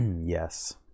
yes